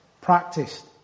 practiced